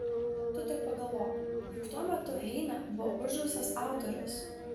tu tik pagalvok juk tuo metu heine buvo uždraustas autorius